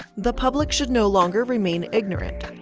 the public should no longer remain ignorant.